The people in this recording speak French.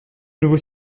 nouveau